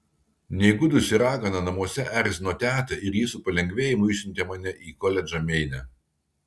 neįgudusi ragana namuose erzino tetą ir ji su palengvėjimu išsiuntė mane į koledžą meine